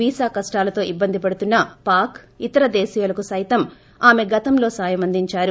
visa కష్షాలతో ఇబ్బందిపడుతున్న పాక్ ఇతర దేశీయులకు సైతం ఆమె గతంలో సాయమందించారు